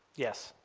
yes,